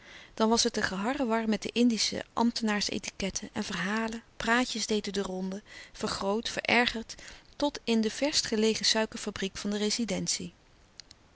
dan was het een geharrewar met de indische ambtenaars etiquette en verhalen praatjes deden de ronde vergroot verergerd tot in de verst gelegen suikerfabriek van de rezidentie